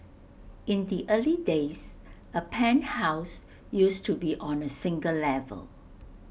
in the early days A penthouse used to be on A single level